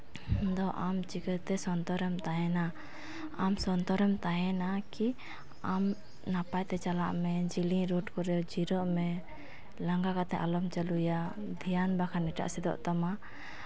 ᱫᱚ ᱟᱢ ᱪᱤᱠᱟᱹᱛᱮ ᱥᱚᱱᱛᱚᱨᱮᱢ ᱛᱟᱦᱮᱱᱟ ᱟᱢ ᱥᱚᱱᱛᱚᱨᱮᱢ ᱛᱟᱦᱮᱱᱟ ᱠᱤ ᱟᱢ ᱱᱟᱯᱟᱭᱛᱮ ᱪᱟᱞᱟᱜ ᱢᱮ ᱡᱮᱞᱮᱧ ᱨᱳᱰ ᱠᱚᱨᱮ ᱡᱤᱨᱟᱹᱜ ᱢᱮ ᱞᱟᱸᱜᱟ ᱠᱟᱛᱮᱫ ᱟᱞᱚᱢ ᱪᱟᱹᱞᱩᱭᱟ ᱫᱷᱮᱭᱟᱱ ᱵᱟᱠᱷᱟᱱ ᱮᱴᱟᱜ ᱥᱮᱫᱚᱜ ᱛᱟᱢᱟ